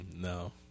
no